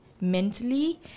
mentally